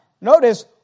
notice